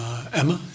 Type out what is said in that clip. Emma